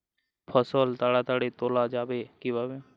ফসল তাড়াতাড়ি তোলা যাবে কিভাবে?